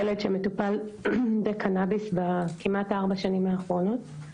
ילד שמטופל בקנביס כמעט בארבע השנים האחרונות.